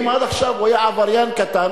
אם עד עכשיו הוא היה עבריין קטן,